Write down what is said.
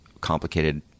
complicated